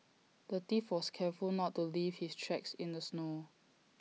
the thief was careful not to leave his tracks in the snow